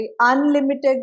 Unlimited